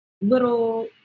little